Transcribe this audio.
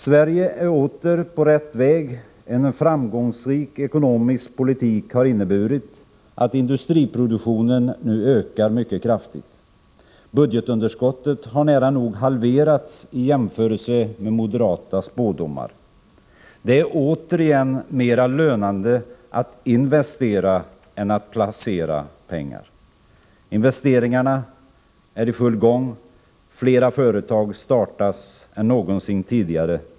Sverige är åter på rätt väg. En framgångsrik ekonomisk politik har inneburit att industriproduktionen nu ökar mycket kraftigt. Budgetunderskottet har nära nog halverats i jämförelse med moderata spådomar. Det är återigen mera lönande att investera än att placera pengar. Investeringarna är i full gång. Flera företag startas än någonsin tidigare.